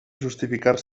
justificar